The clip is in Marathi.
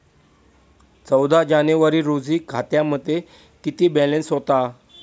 चौदा जानेवारी रोजी खात्यामध्ये किती बॅलन्स होता?